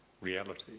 reality